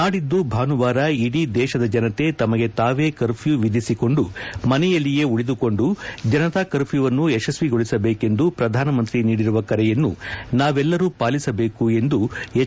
ನಾಡಿದ್ದು ಭಾನುವಾರ ಇಡೀ ದೇಶದ ಜನತೆ ತಮಗೆ ತಾವೇ ಕರ್ಫ್ಯೂ ವಿಧಿಸಿಕೊಂಡು ಮನೆಯಲ್ಲಿಯೇ ಉಳಿದುಕೊಂಡು ಜನತಾ ಕರ್ಥ್ಯೂವನ್ನು ಯಶಸ್ವಿಗೊಳಿಸಬೇಕೆಂದು ಪ್ರಧಾನಮಂತ್ರಿ ನೀಡಿರುವ ಕರೆಯನ್ನು ನಾವೆಲ್ಲರೂ ಪಾಲಿಸಬೇಕು ಎಂದು ಎಚ್